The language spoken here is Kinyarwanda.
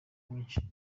mwinshi